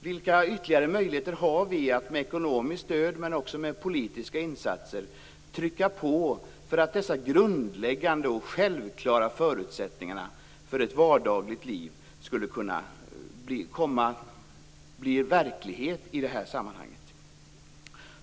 Vilka ytterligare möjligheter har vi att med ekonomiskt stöd men också med politiska insatser trycka på för att dessa grundläggande och självklara förutsättningar för ett vardagligt liv skulle kunna bli verklighet?